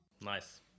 Nice